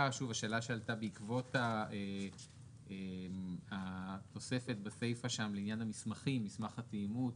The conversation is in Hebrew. שעלתה בעקבות התוספת בסיפא לעניין מסמך התאימות